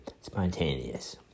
spontaneous